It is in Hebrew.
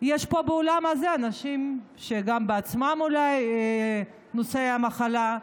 יש פה באולם הזה אנשים שגם בעצמם אולי נושאי המחלה,